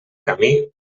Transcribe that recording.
camí